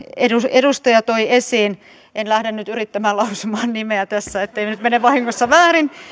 edustaja toi esiin en lähde nyt yrittämään nimen lausumista tässä ettei nyt mene vahingossa väärin